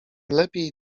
lepiej